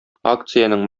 акциянең